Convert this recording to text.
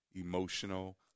emotional